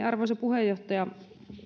arvoisa puheenjohtaja